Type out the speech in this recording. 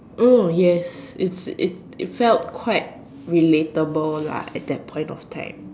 oh yes it's it it felt quite relatable lah at that point of time